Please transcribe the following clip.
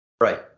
Right